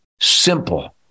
simple